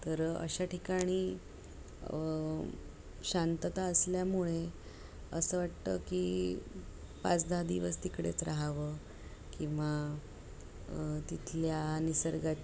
तर अशा ठिकाणी शांतता असल्यामुळे असं वाटतं की पाच दहा दिवस तिकडेच राहावं किंवा तिथल्या निसर्गा